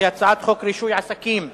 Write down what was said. שהיא הצעת חוק רישוי עסקים (תיקון,